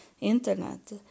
internet